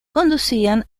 conducían